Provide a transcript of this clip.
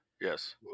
Yes